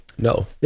No